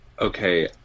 Okay